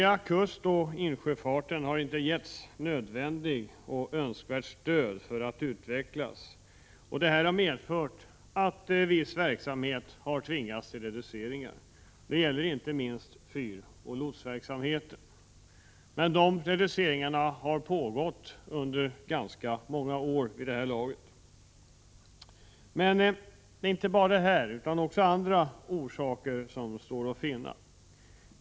Den kustoch insjöfart som har varit möjlig har inte getts nödvändigt och önskvärt stöd för att utvecklas. Detta har medfört att viss verksamhet har tvingats till reduceringar. Det gäller inte minst fyroch lotsverksamheten, men de reduceringarna har pågått ganska många år vid det här laget. Men även andra orsaker står att finna.